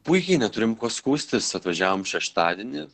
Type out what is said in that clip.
puikiai neturim kuo skųstis atvažiavom šeštadienį